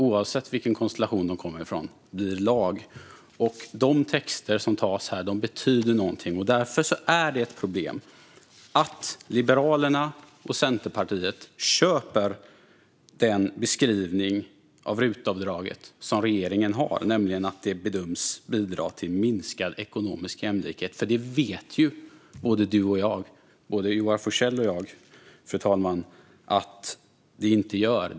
Oavsett vilken konstellation förslagen kommer ifrån är det här de blir lag. De texter som antas här betyder någonting. Därför är det ett problem att Liberalerna och Centerpartiet köper den beskrivning av RUT-avdraget som regeringen har, nämligen att det bedöms bidra till minskad ekonomisk jämlikhet. Både Joar Forssell och jag vet ju, fru talman, att så inte är fallet.